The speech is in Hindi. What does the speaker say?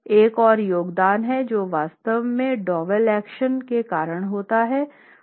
एक और योगदान है जो वास्तव में डोवेल एक्शन के कारण होता है